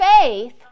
faith